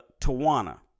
Tawana